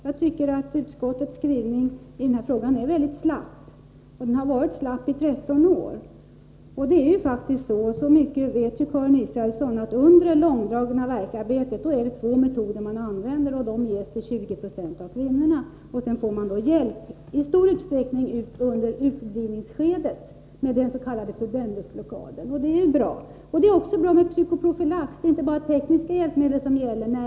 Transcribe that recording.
Jag tycker att utskottets skrivning i denna fråga är väldigt slapp, och den har varit slapp i 13 år. Det är faktiskt så — och det vet Karin Israelsson — att under det långdragna värkarbetet är det två metoder man använder, och sådan smärtlindring ges till 20 20 av kvinnorna. Sedan får man i stor utsträckning hjälp under utdrivningsskedet med den s.k. pudendusblockaden. Det är ju bra, och det är också bra med psykoprofylax. Det är inte bara fråga om tekniska hjälpmedel, säger Karin Israelsson.